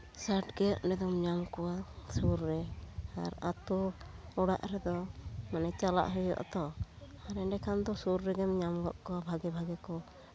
ᱥᱟᱴ ᱜᱮ ᱚᱸᱰᱮ ᱫᱚᱢ ᱧᱟᱢ ᱠᱚᱣᱟ ᱥᱩᱨ ᱨᱮ ᱟᱨ ᱟᱛᱳ ᱚᱲᱟᱜ ᱨᱮᱫᱚ ᱢᱟᱱᱮ ᱪᱟᱞᱟᱜ ᱦᱩᱭᱩᱜ ᱟᱛᱚ ᱮᱸᱰᱮᱠᱷᱟᱱ ᱫᱚ ᱥᱩᱨ ᱨᱮᱜᱮᱢ ᱧᱟᱢ ᱜᱚᱫ ᱠᱚᱣᱟ ᱵᱷᱟᱜᱮ ᱵᱷᱟᱜᱮ ᱠᱚ